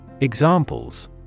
Examples